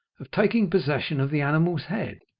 of taking possession of the animal's head.